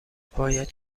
باید